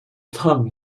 tongue